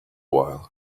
while